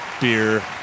beer